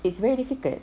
it's very difficult